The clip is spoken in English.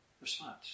response